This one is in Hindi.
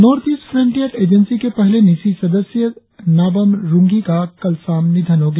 नोर्थ ईस्ट फ्रोटियर एजेंसी के पहले न्यीशी सदस्य नाबाम रुंघी का कल शाम निधन हो गया